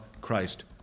Christ